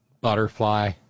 Butterfly